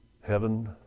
heaven